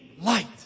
light